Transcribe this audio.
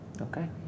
Okay